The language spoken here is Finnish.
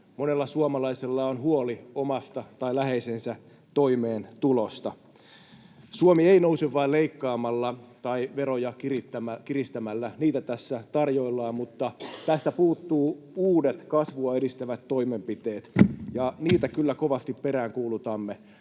Monella suomalaisella on huoli omasta tai läheisensä toimeentulosta. Suomi ei nouse vain leikkaamalla tai veroja kiristämällä. Niitä tässä tarjoillaan, mutta tästä puuttuvat uudet kasvua edistävät toimenpiteet, ja niitä kyllä kovasti peräänkuulutamme.